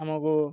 ଆମକୁ